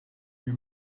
you